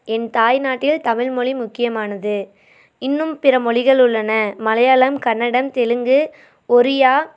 என் தாய்நாட்டில் தமிழ்மொழி முக்கியமானது இன்னும் பிற மொழிகள் உள்ளன மலையாளம் கன்னடம் தெலுங்கு ஒரியா